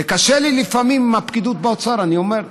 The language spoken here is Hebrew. וקשה לי לפעמים עם הפקידות באוצר, אני אומר,